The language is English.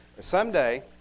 Someday